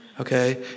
okay